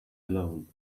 alone